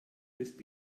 usb